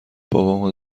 بابام